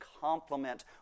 complement